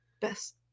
best